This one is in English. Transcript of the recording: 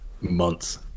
months